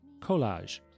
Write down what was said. collage